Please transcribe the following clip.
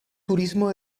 turismo